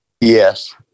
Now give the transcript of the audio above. Yes